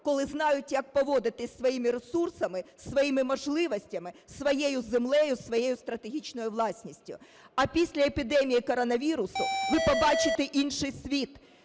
коли знають, як поводитися зі своїми ресурсами, зі своїми можливостями, зі своєю землею, зі своєю стратегічною власністю. А після епідемії коронавірусу ви побачите інший світ,